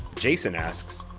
jason asks,